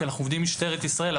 כי אנחנו עובדים עם משטרת ישראל,